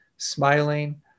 smiling